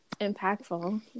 impactful